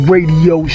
Radio